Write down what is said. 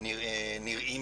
נראים